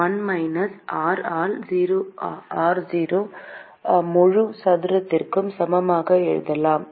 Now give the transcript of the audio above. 1 minus r ஆல் r0 முழு சதுரத்திற்கு சமமாக எழுதலாம்